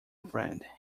friend